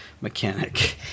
mechanic